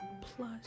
plus